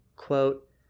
quote